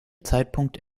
zeitpunkt